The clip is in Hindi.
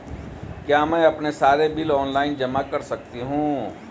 क्या मैं अपने सारे बिल ऑनलाइन जमा कर सकती हूँ?